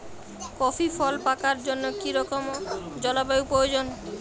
Coffee ফল পাকার জন্য কী রকম জলবায়ু প্রয়োজন?